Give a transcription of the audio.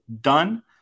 done